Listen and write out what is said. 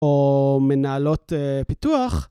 או מנהלות פיתוח.